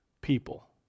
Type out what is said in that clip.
people